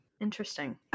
Interesting